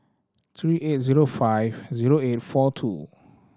three eight zero five zero eight four two